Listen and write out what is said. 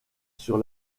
sur